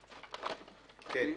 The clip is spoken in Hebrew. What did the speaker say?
כן.